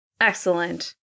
Excellent